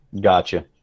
gotcha